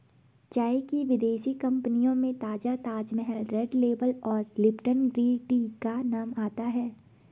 चाय की विदेशी कंपनियों में ताजा ताजमहल रेड लेबल और लिपटन ग्रीन टी का नाम आता है